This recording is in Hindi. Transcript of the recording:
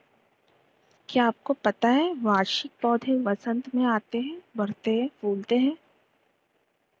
क्या आपको पता है वार्षिक पौधे वसंत में आते हैं, बढ़ते हैं, फूलते हैं?